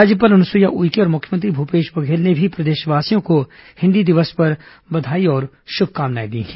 राज्यपाल अनुसुईया उइके और मुख्यमंत्री भूपेश बघेल ने भी प्रदेशवासियों को हिन्दी दिवस पर बधाई और शुभकामनाएं दी हैं